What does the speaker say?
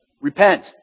Repent